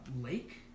lake